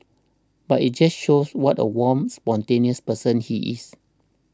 but it just shows what a warm spontaneous person he is